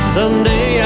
Someday